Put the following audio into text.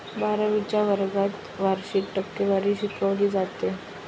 बारावीच्या वर्गात वार्षिक टक्केवारी शिकवली जाते